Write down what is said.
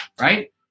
right